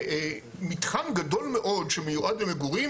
ומתחם גדול מאוד שמיועד למגורים,